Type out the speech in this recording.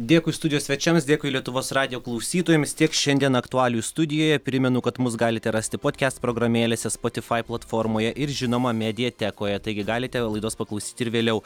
dėkui studijos svečiams dėkui lietuvos radijo klausytojams tiek šiandien aktualijų studijoje primenu kad mus galite rasti podkiast programėlėse spotifai platformoje ir žinoma mediatekoje taigi galite laidos paklausyti ir vėliau